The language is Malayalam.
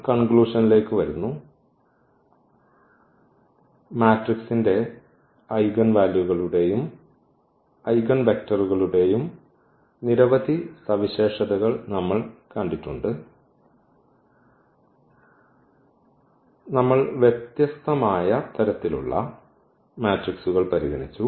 കൺക്ലൂഷനിലേക്ക് വരുന്നു മാട്രിക്സിന്റെ ഐഗൻ വാല്യൂകളുടെയും ഐഗൻവെക്ടറുകളുടെയും നിരവധി സവിശേഷതകൾ നമ്മൾ കണ്ടിട്ടുണ്ട് നമ്മൾ വ്യത്യസ്തമായ തരത്തിലുള്ള മെട്രിക്സുകൾ പരിഗണിച്ചു